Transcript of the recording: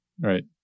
right